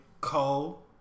Cole